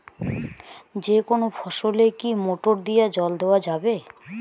যেকোনো ফসলে কি মোটর দিয়া জল দেওয়া যাবে?